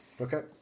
Okay